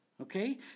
okay